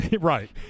Right